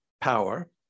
power